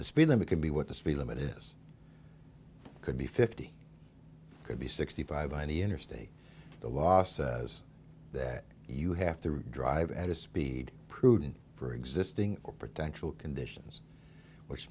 the speed limit can be what the speed limit is could be fifty could be sixty five on the interstate the law says that you have to drive at a speed prudent for existing or potential conditions which